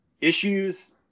issues